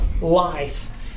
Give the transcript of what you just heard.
life